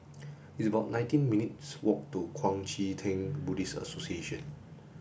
it's about nineteen minutes' walk to Kuang Chee Tng Buddhist Association